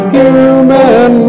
human